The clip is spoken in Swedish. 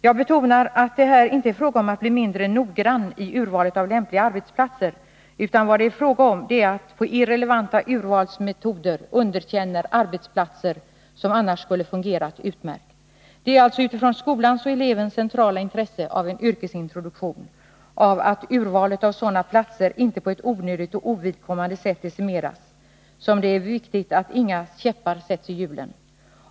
Jag betonar att det här inte är fråga om att bli mindre noggrann i urvalet av lämpliga arbetsplatser, utan vad det är fråga om är att på irrelevanta urvalsmetoder underkänna arbetsplatser, som fungerar utmärkt. Det är alltså med tanke på skolans och elevens centrala intresse av yrkesintroduktion och av att urvalet av sådana platser inte på ett onödigt och ovidkommande sätt decimeras som det är viktigt att inga käppar sätts i hjulen.